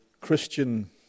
Christian